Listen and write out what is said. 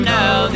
now